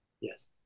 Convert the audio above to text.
Yes